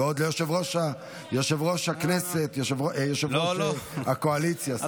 ועוד ליושב-ראש הכנסת, יושב-ראש הקואליציה, סליחה.